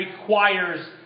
requires